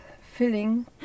filling